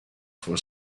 for